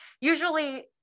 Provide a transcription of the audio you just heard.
Usually